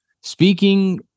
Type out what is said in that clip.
Speaking